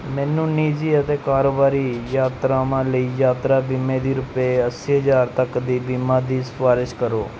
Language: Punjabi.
ਮੈਨੂੰ ਨਿੱਜੀ ਅਤੇ ਕਾਰੋਬਾਰੀ ਯਾਤਰਾਵਾਂ ਲਈ ਯਾਤਰਾ ਬੀਮੇ ਦੀ ਰੁਪਏ ਅੱਸੀ ਹਜ਼ਾਰ ਤੱਕ ਦੀ ਬੀਮਾ ਦੀ ਸਿਫ਼ਾਰਿਸ਼ ਕਰੋ